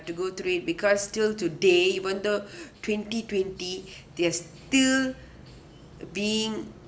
to go through it because still today even though twenty twenty they are still being